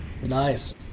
Nice